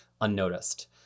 unnoticed